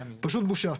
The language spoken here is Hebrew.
פשוט בושה.